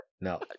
no